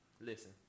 Listen